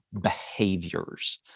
behaviors